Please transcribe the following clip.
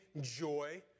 joy